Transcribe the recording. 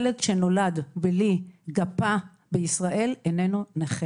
ילד שנולד בלי גפה בישראל איננו נכה.